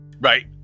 Right